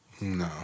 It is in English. No